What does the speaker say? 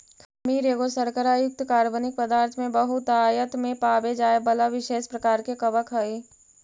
खमीर एगो शर्करा युक्त कार्बनिक पदार्थ में बहुतायत में पाबे जाए बला विशेष प्रकार के कवक हई